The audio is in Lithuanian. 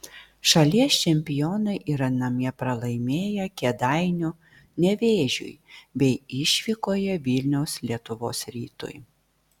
šalies čempionai yra namie pralaimėję kėdainių nevėžiui bei išvykoje vilniaus lietuvos rytui